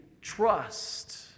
trust